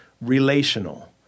relational